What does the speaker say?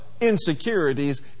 insecurities